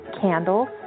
candles